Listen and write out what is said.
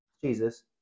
Jesus